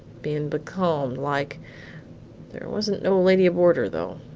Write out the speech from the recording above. bein' becalmed like there wasn't no lady aboard her, though.